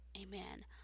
amen